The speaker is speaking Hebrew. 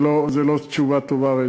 זו לא תשובה טובה.